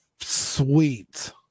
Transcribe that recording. sweet